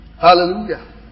Hallelujah